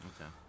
Okay